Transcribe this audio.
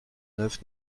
neuf